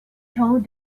told